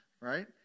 right